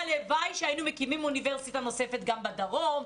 הלוואי שהיינו מקימים אוניברסיטה נוספת גם בדרום,